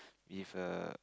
with a